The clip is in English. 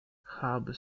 harbour